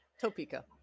Topeka